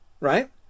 right